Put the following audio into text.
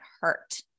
hurt